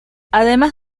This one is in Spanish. además